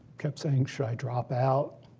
kept saying should i drop out?